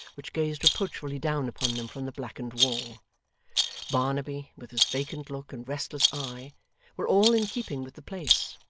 which gazed reproachfully down upon them from the blackened wall barnaby, with his vacant look and restless eye were all in keeping with the place,